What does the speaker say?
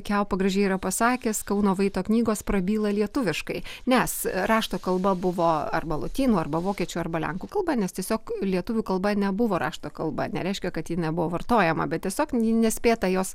kiaupa gražiai yra pasakęs kauno vaito knygos prabyla lietuviškai nes rašto kalba buvo arba lotynų arba vokiečių arba lenkų kalba nes tiesiog lietuvių kalba nebuvo rašto kalba nereiškia kad ji nebuvo vartojama bet tiesiog nespėta jos